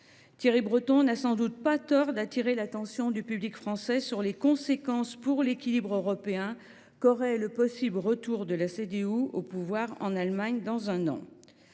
Thierry Breton n’a sans doute pas tort d’attirer l’attention du public français sur les conséquences pour l’équilibre européen qu’aurait le possible retour de la CDU au pouvoir en Allemagne dans un an.